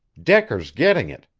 decker's getting it.